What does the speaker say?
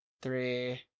three